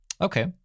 Okay